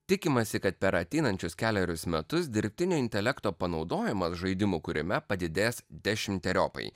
tikimasi kad per ateinančius kelerius metus dirbtinio intelekto panaudojimas žaidimų kūrime padidės dešimteriopai